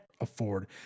afford